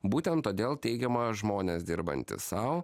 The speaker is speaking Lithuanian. būtent todėl teigiama žmonės dirbantys sau